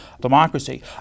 democracy